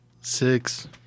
Six